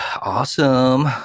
awesome